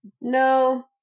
No